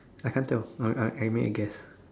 I can't tell I I mean I guess